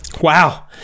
Wow